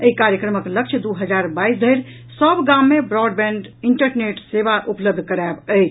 एहि कार्यक्रमक लक्ष्य दू हजार बाईस धरि सभ गाम मे ब्रॉडबैंड इंटरनेट सेवा उपलब्ध करायब अछि